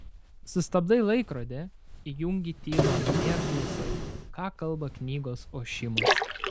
sustabdai laikrodį įjungi tylą namie ir klausai ką kalba knygos ošimas